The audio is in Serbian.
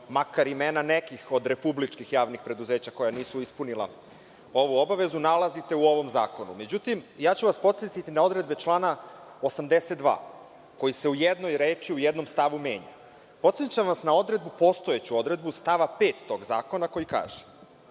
makar imena nekih od republičkih javnih preduzeća koja nisu ispunila ovu obavezu nalazite u ovom zakonu.Međutim, ja ću vas podsetiti na odredbe člana 82. koji se u jednoj reči u jednom stavu menja. Podsećam vas na postojeću odredbu stava 5. tog zakona koji kaže: